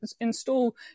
install